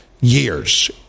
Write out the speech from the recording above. years